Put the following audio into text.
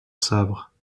sabre